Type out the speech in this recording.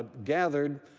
gathered,